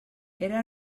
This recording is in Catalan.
era